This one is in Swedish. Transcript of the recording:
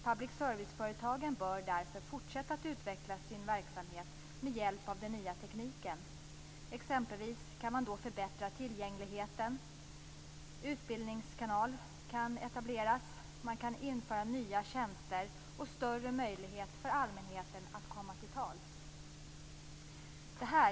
Public service-företagen bör därför fortsätta att utveckla sin verksamhet med hjälp av den nya tekniken, exempelvis kan man förbättra tillgängligheten, en utbildningskanal kan etableras, man kan införa många nya tjänster och ge större möjlighet för allmänheten att komma till tals.